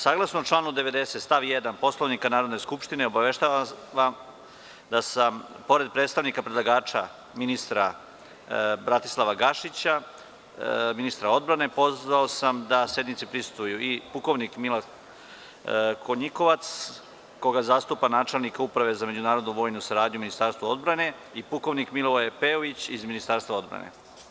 Saglasno članu 90. stav 1. Poslovnika Narodne skupštine, obaveštavam vas da sam pored predstavnika predlagača ministra Bratislava Gašića ministra odbrane, pozvao da sednici prisustvuju i pukovnik Milan Konjikovac, koga zastupa načelnik Uprave za međunarodnu vojnu saradnju u Ministarstvu odbrane i pukovnik Milivoje Pajović iz Ministarstva odbrane.